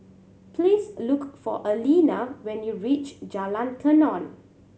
please look for Aleena when you reach Jalan Tenon